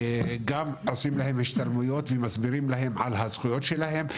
גם עושים להם השתלמויות ומסבירים להם על הזכויות שלהם,